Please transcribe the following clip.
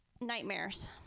Nightmares